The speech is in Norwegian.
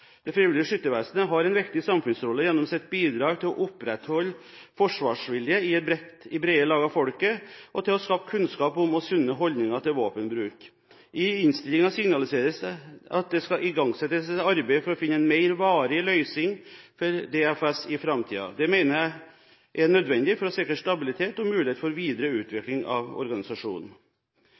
har en rekke samfunnsroller gjennom sitt bidrag til å opprettholde forsvarsvilje i et bredt lag av folket og til å skape kunnskap om og sunne holdninger til våpenbruk. I innstillingen signaliseres det at det skal igangsettes et arbeid for å finne en mer varig løsning for DFS i framtiden. Det mener jeg er nødvendig for å sikre stabilitet og mulighet for videre utvikling av organisasjonen.